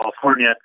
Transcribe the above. California